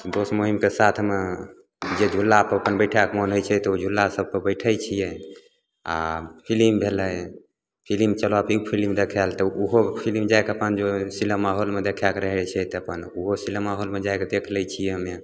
दोस्त महिमके साथमे जे झुलापर अपन बैठैके मोन होइ छै तऽ ओहि झूला सबपर बैठै छिए आओर फिलिम भेलै फिलिम चलऽ तऽ ओ फिलिम देखैले तऽ ओहो फिलिम जाके अपन सिनेमाहॉलमे देखैके रहै छै तऽ अपन ओहो सिनेमाहॉलमे जाके देखि लै छिए हमे